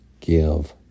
Give